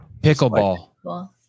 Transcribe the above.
Pickleball